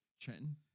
Trenton